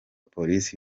polisi